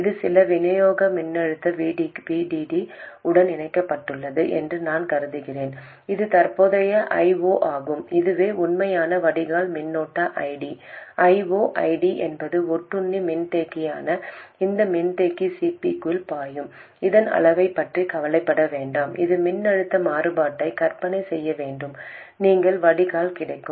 இது சில விநியோக மின்னழுத்த VDD உடன் இணைக்கப்பட்டுள்ளது என்று நான் கருதுகிறேன் இது தற்போதைய I0 ஆகும் இதுவே உண்மையான வடிகால் மின்னோட்ட ID I0 ID என்பது ஒட்டுண்ணி மின்தேக்கியான இந்த மின்தேக்கி Cpக்குள் பாயும் அதன் அளவைப் பற்றி கவலைப்பட வேண்டாம் இது மின்னழுத்த மாறுபாட்டை கற்பனை செய்ய மட்டுமே நீங்கள் வடிகால் கிடைக்கும்